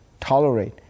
tolerate